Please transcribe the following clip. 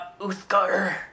Uthgar